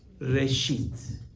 reshit